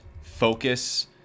focus